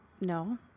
no